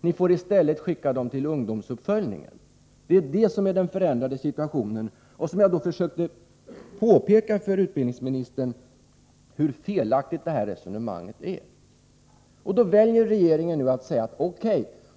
Ni får i stället skicka ungdomarna till ungdomsuppföljningen. Det är så situationen har förändrats. Jag försökte påpeka för utbildningsministern hur felaktigt det här resonemanget är. Då väljer regeringen att säga: O.K.,